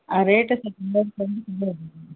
ಆ ರೇಟ್